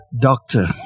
doctor